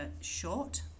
short